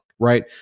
Right